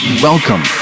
welcome